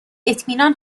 اطمینان